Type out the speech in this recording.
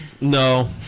No